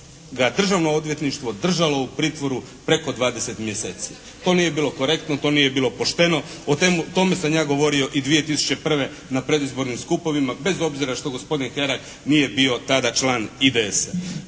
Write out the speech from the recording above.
ga Državno odvjetništvo držalo u pritvoru preko 20 mjeseci. To nije bilo korektno, to nije bilo pošteno, o tome sam ja govorio i 2001. na predizbornim skupovima bez obzira što gospodin Herak nije bio tada član IDS-a.